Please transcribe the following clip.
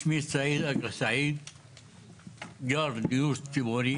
אני גר בדיור ציבורי